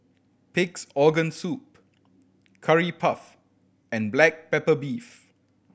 Pig's Organ Soup Curry Puff and black pepper beef